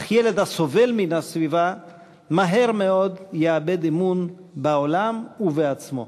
אך ילד הסובל מן הסביבה מהר מאוד יאבד אמון בעולם ובעצמו.